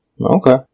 Okay